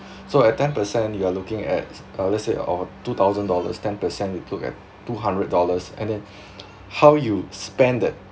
so at ten percent you are looking at uh let's say of a two thousand dollars ten percent you look at two hundred dollars and then how you spend that